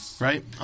Right